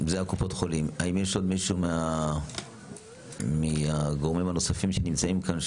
האם יש עוד מישהו מהגורמים הנוספים שנמצאים כאן,